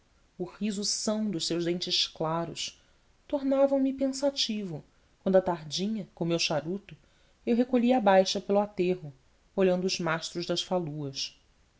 o riso são dos seus dentes claros tornavam me pensativo quando à tardinha com o meu charuto eu recolhia à baixa pelo aterro olhando os mastros das faluas